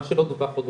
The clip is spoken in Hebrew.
מה שלא דווח לא דווח,